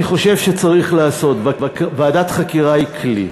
אני חושב שצריך לעשות, ועדת חקירה היא כלי.